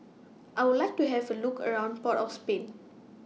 I Would like to has A Look around Port of Spain